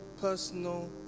personal